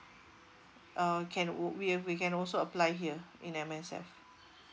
uh can would we we can also apply here in M_S_F